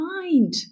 mind